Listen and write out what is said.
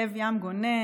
לב ים גונן,